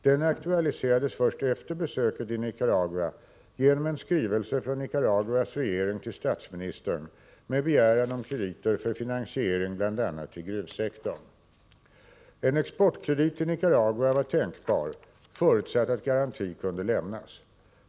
Den aktualiserades först efter besöket i Nicaragua genom en skrivelse från Nicaraguas regering till statsministern med begäran om krediter för finansiering bl.a. till gruvsektorn. En exportkredit till Nicaragua var tänkbar, förutsatt att garanti kunde lämnas.